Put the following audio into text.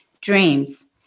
dreams